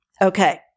Okay